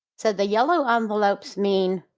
so the yellow envelopes mean,